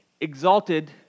exalted